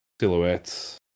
silhouettes